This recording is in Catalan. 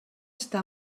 està